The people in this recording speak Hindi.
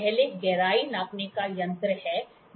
पहले गहराई नापने का यंत्र है